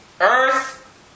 earth